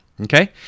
okay